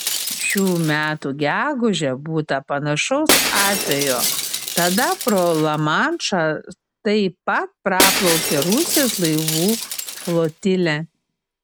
šių metų gegužę būta panašaus atvejo tada pro lamanšą taip pat praplaukė rusijos laivų flotilė